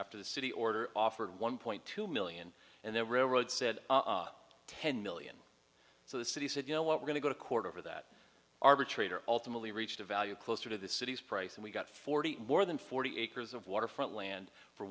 after the city order offered one point two million and then railroad said ten million so the city said you know what we're going to go to court over that arbitrator ultimately reached a value closer to the city's price and we got forty more than forty acres of waterfront land for